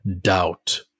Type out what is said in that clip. doubt